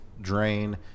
drain